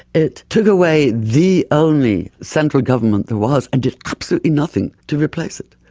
it took away the only central government there was and did absolutely nothing to replace it.